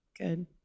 good